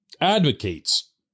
advocates